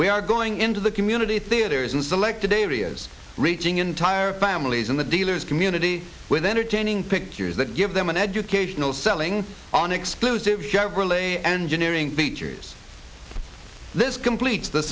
we are going into the community theaters in selected areas reaching entire families and the dealers community with entertaining pictures that give them an educational selling on exclusives chevrolet engineering features this completes the